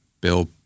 Bill